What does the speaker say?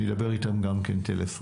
אדבר איתם גם טלפונית.